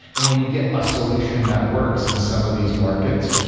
and when you get a solution that works in some of these markets,